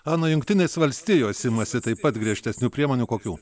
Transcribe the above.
ana jungtinės valstijos imasi taip pat griežtesnių priemonių kokių